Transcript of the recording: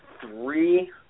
three